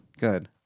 good